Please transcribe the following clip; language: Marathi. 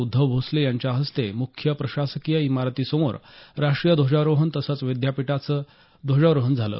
उद्धव भोसले यांच्या हस्ते मुख्य प्रशासकीय इमारतीसमोर राष्ट्रीय ध्वजारोहण तसंच विद्यापीठाचं ध्वजारोहण झालं